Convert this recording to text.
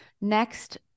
next